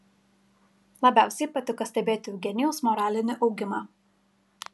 labiausiai patiko stebėti eugenijaus moralinį augimą